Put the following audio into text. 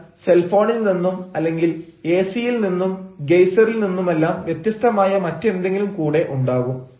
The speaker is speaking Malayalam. എന്നാൽ സെൽഫോണിൽ നിന്നും അല്ലെങ്കിൽ എ സി യിൽ നിന്നും ഗെയ്സറിൽ നിന്നുമെല്ലാം വ്യത്യസ്തമായ മറ്റെന്തെങ്കിലും കൂടെ ഉണ്ടാകും